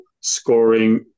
scoring